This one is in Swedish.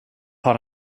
har